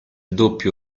doppio